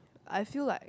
I feel like